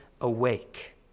awake